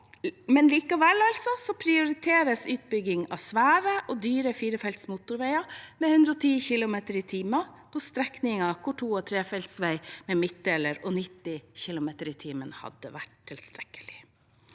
i. Likevel prioriteres altså utbygging av svære og dyre firefelts motorveier med 110 km/t på strekninger der to- og trefeltsvei med midtdeler og 90 km/t hadde vært tilstrekkelig.